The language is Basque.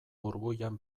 burbuilan